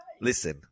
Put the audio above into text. Listen